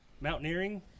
mountaineering